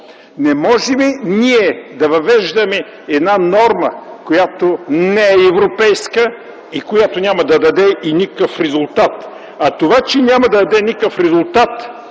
Не можем ние да въвеждаме една норма, която не е европейска и която няма да даде никакъв резултат. А това, че няма да даде никакъв резултат,